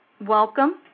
Welcome